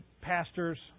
pastors